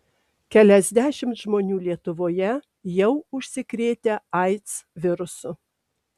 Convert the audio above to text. keliasdešimt žmonių lietuvoje jau užsikrėtę aids virusu